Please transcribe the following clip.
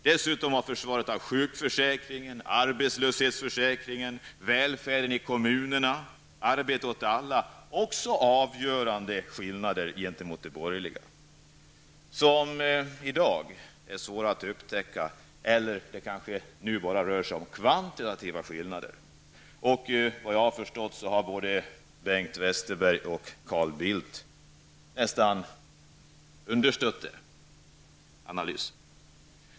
Dessutom var försvaret av sjukförsäkringen och arbetslöshetsförsäkringen, välfärden i kommunerna och strävan efter arbete åt alla också avgörande skillnader gentemot de borgerliga. I dag är dessa skillnader svåra att upptäcka, eller kanske rör det sig nu bara om kvantitativa skillnader? Efter vad jag har förstått har både Bengt Westerberg och Carl Bildt nästan understött analysen.